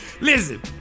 Listen